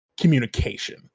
communication